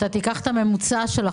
אתה תיקח את השכר